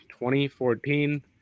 2014